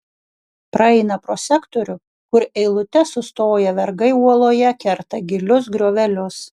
praeina pro sektorių kur eilute sustoję vergai uoloje kerta gilius griovelius